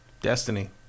Destiny